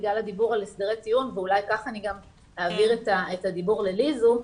בגלל הדיבור על הסדרי טיעון ואולי אני כך גם אעביר את הדיבור ללי-זו,